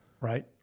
right